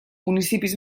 municipis